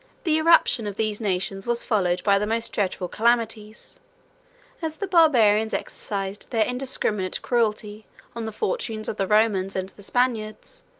the irruption of these nations was followed by the most dreadful calamities as the barbarians exercised their indiscriminate cruelty on the fortunes of the romans and the spaniards,